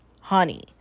honey